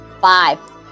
Five